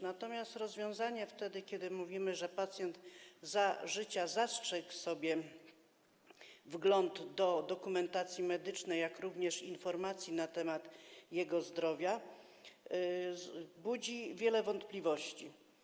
Natomiast rozwiązanie dotyczące przypadku, gdy mówimy, że pacjent za życia zastrzegł wgląd do dokumentacji medycznej, jak również informacji na temat jego stanu zdrowia, budzi wiele wątpliwości.